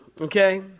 okay